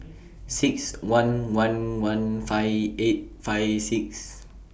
six one one one five eight five six